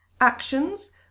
actions